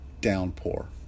downpour